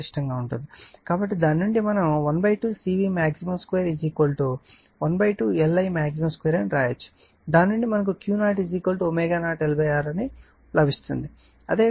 కాబట్టి దాని నుండి మనం 12 CVmax2 12 LImax2 అని వ్రాయవచ్చు దాని నుండి మనకు Q0 ω0 L R లభిస్తుంది అది 1 ω0CR అని వ్రాయవచ్చు